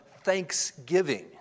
thanksgiving